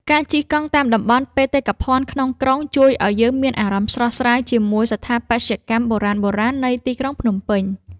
ការជិះកង់តាមតំបន់បេតិកភណ្ឌក្នុងក្រុង ជួយឱ្យយើងមានអារម្មណ៍ស្រស់ស្រាយជាមួយស្ថាបត្យកម្មបុរាណៗនៃទីក្រុងភ្នំពេញ។